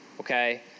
okay